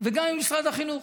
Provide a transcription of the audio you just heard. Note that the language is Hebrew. וגם ממשרד החינוך.